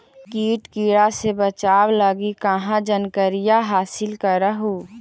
किट किड़ा से बचाब लगी कहा जानकारीया हासिल कर हू?